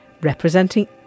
Representing